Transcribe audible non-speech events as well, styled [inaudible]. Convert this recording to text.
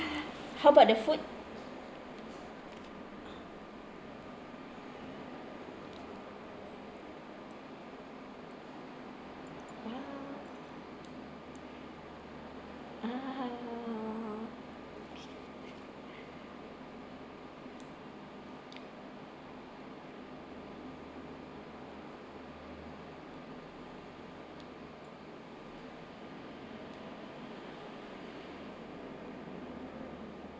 [noise] how about the food !wah! ah [noise] okay